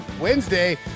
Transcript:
Wednesday